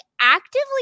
actively